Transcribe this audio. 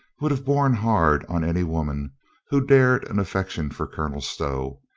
would have borne hard on any woman who dared an affection for colonel stow,